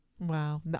Wow